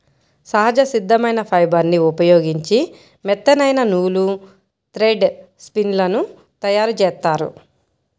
సహజ సిద్ధమైన ఫైబర్ని ఉపయోగించి మెత్తనైన నూలు, థ్రెడ్ స్పిన్ లను తయ్యారుజేత్తారు